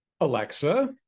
Alexa